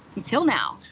until now.